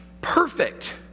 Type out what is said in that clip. perfect